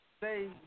say